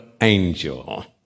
angel